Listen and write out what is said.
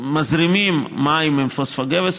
מזרימים מים עם פוספוגבס,